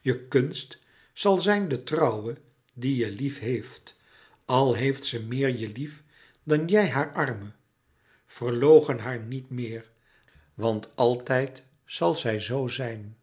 je kunst zal zijn de trouwe die je liefheeft al heeft ze meer je lief dan jij haar arme verloochen haar niet meer want altijd zal zij zo zijn